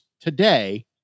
today